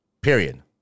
Period